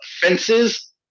fences